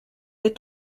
est